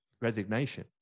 resignation